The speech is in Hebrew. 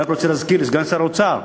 אני רק רוצה להזכיר לסגן שר האוצר,